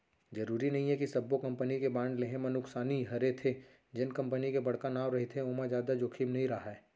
जरूरी नइये कि सब्बो कंपनी के बांड लेहे म नुकसानी हरेथे, जेन कंपनी के बड़का नांव रहिथे ओमा जादा जोखिम नइ राहय